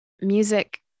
music